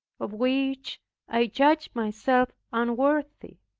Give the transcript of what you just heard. of which i judged myself unworthy.